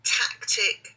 tactic